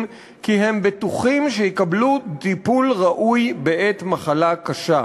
שהם בטוחים שיקבלו טיפול ראוי בעת מחלה קשה.